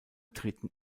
treten